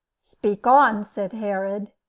speak on, said herod.